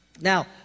Now